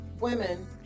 women